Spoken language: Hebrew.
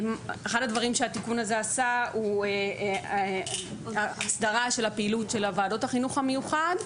אחד הדברים שהתיקון הזה עשה הוא הסדרת פעילות החינוך המיוחד.